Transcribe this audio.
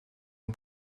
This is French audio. une